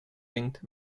linked